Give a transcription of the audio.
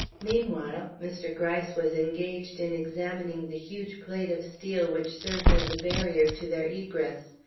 meanwhile mr. gryce was engaged in examining the huge plate of steel which served as a barrier to their egress.